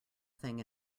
thing